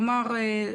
כלומר,